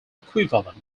equivalent